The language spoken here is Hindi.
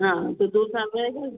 हाँ तो दो साल रहेगा ना